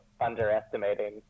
underestimating